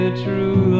true